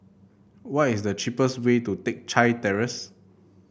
what is the cheapest way to Teck Chye Terrace